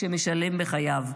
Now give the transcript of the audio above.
שמשלם בחייו.